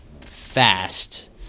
fast